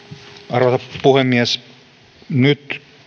arvoisa puhemies nyt